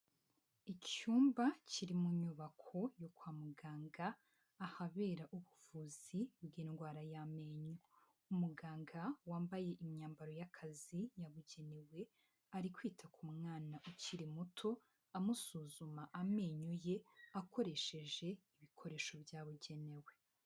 Icyumba kiri mu nyubako yo kwa muganga ahabera ubuvuzi bw'indwara y'amenyo, umuganga wambaye imyambaro y'akazi yabugenewe ari kwita ku mwana ukiri muto amusuzuma amenyo ye akoresheje ibikoresho byabugenewe.